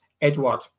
Edward